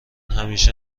همیشه